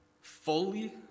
fully